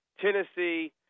Tennessee